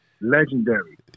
legendary